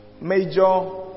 major